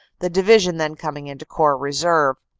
the division then coming into corps reserve.